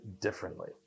differently